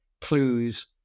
clues